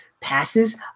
Passes